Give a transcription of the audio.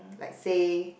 like say